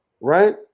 right